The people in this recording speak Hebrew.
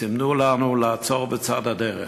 וסימנו לנו לעצור בצד הדרך.